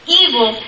evil